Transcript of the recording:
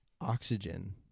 oxygen